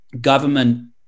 government